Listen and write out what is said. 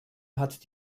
hat